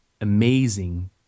amazing